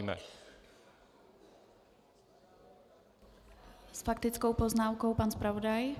S faktickou poznámkou pan zpravodaj.